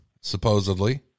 supposedly